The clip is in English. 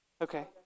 Okay